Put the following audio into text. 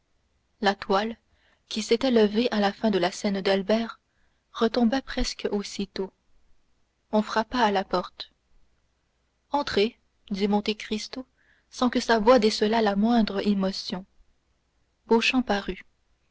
la toile qui s'était levée à la fin de la scène d'albert retomba presque aussitôt on frappa à la porte entrez dit monte cristo sans que sa voix décelât la moindre émotion beauchamp parut